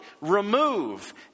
remove